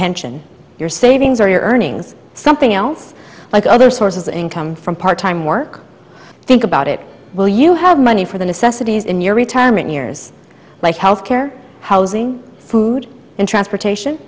pension your savings or your earnings something else like other sources of income from part time work think about it will you have money for the necessities in your retirement years like health care housing food and transportation